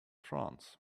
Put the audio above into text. france